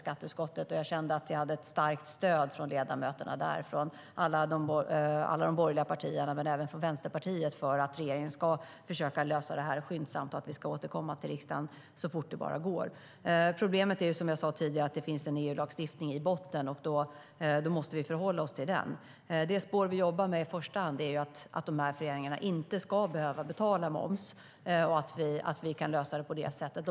Jag kände att jag hade starkt stöd från ledamöterna i såväl de borgerliga partierna som Vänsterpartiet för att regeringen ska försöka lösa detta skyndsamt och återkomma till riksdagen så fort det bara går. Problemet är, som jag sade tidigare, att det finns en EU-lagstiftning i botten, och vi måste förhålla oss till den. Det spår vi jobbar med i första hand är att dessa föreningar inte ska behöva betala moms och att vi kan lösa det på det sättet.